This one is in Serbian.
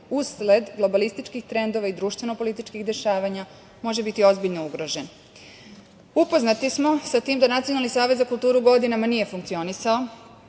usled globalističkih trendova i društveno-političkih dešavanja može biti ozbiljno ugrožen. Upoznati smo sa tim da Nacionalni savet za kulturu godinama nije funkcionisao,